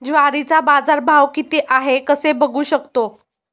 ज्वारीचा बाजारभाव किती आहे कसे बघू शकतो?